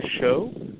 Show